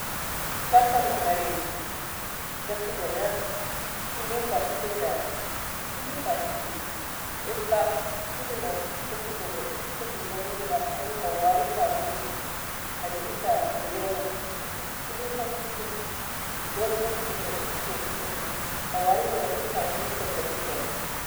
Isaka nahari ghasibe nan toulin kashifae dari, in tulin kashifi, eska tulilon ghasibe dou kutafikani dakani, twali fa weagi, ademri fa erbeana in tuli hosan kotimo odor ghasibeado iygae kutafi, twali fa mira kir fa in iygtoka dikena.